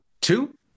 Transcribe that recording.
Two